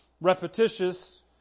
Repetitious